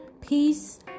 peace